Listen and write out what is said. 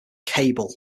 cable